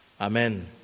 Amen